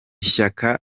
ishyaka